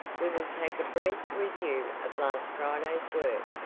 we will take a brief review of last friday's work.